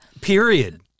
Period